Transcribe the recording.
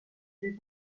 del